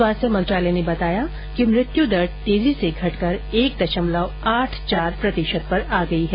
स्वास्थ्य मंत्रालय ने बताया कि मृत्यु दर तेजी से घटकर एक दशमलव आठ चार प्रतिशत पर आ गई है